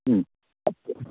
ഉം